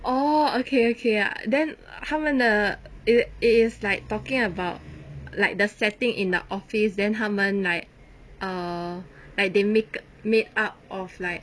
oh okay okay ah then 他们的 it it is like talking about like the setting in the office then 他们 like err like they make make up of like